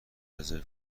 رزرو